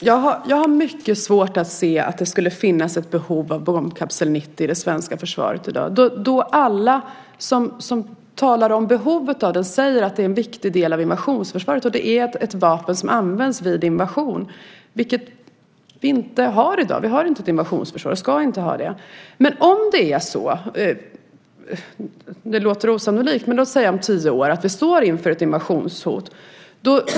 Herr talman! Jag har mycket svårt att se att det skulle finnas ett behov av bombkapsel 90 i det svenska försvaret i dag. Alla som talar om behovet av den säger att det är en viktig del av invasionsförsvaret, och det är ett vapen som används vid invasion, vilket vi inte har i dag. Vi har inte ett invasionsförsvar och ska inte ha det. Det låter osannolikt, men låt oss säga att vi om tio år står inför ett invasionshot.